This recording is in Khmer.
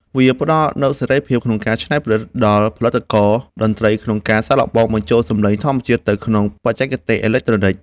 វាផ្ដល់នូវសេរីភាពក្នុងការច្នៃប្រឌិតដល់ផលិតករតន្ត្រី ក្នុងការសាកល្បងបញ្ចូលសំឡេងធម្មជាតិទៅក្នុងបច្ចេកវិទ្យាអេឡិចត្រូនិក។